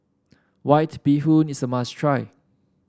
White Bee Hoon is a must try